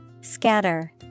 Scatter